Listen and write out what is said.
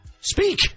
Speak